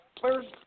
first